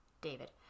David